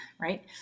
right